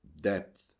depth